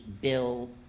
bill